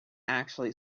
actually